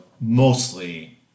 mostly